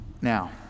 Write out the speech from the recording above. Now